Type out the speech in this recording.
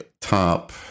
top